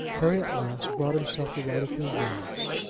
harry at last brought himself to write a few words.